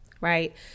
Right